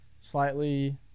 slightly